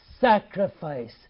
sacrifice